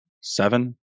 seven